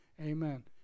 amen